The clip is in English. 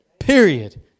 Period